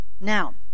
Now